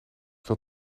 veel